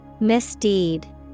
Misdeed